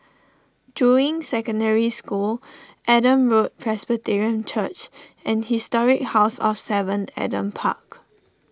Juying Secondary School Adam Road Presbyterian Church and Historic House of Seven Adam Park